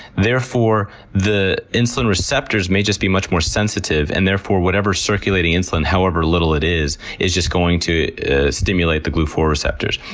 therefore the insulin receptors may just be much more sensitive, and therefore whatever circulating insulin, however little it is, is just going to stimulate the four receptors.